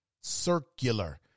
circular